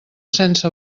sense